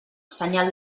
senyal